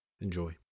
Enjoy